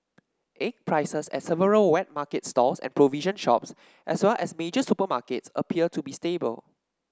egg prices at several wet market stalls and provision shops as well as major supermarkets appear to be stable